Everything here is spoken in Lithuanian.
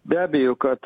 be abejo kad